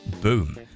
boom